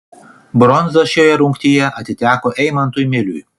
bronza šioje rungtyje atiteko eimantui miliui